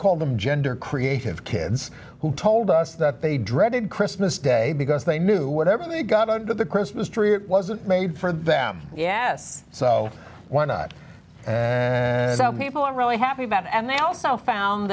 called them gender creative kids who told us that they dreaded christmas day because they knew whatever they got out of the christmas tree it wasn't made for them yes so why not and now people are really happy about it and they also found